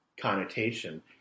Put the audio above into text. connotation